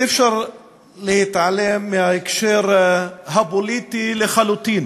אי-אפשר להתעלם מההקשר הפוליטי לחלוטין